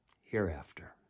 hereafter